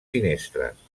finestres